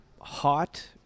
Hot